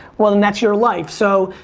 well and that's your life. so,